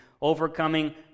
overcoming